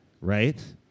right